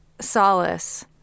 solace